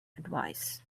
advice